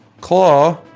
Claw